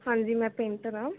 ਹਾਂਜੀ ਮੈਂ ਪੇਂਟਰ ਹਾਂ